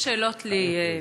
שאלות לי,